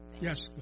yes